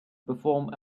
perform